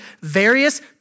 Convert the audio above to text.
various